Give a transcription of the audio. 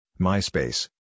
MySpace